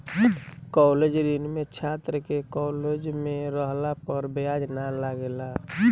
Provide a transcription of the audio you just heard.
college ऋण में छात्र के कॉलेज में रहला पर ब्याज ना लागेला